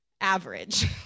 average